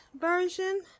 version